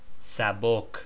sabok